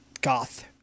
goth